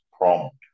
prompt